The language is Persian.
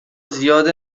زیاد